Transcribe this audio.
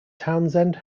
townsend